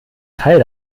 teil